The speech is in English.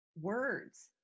words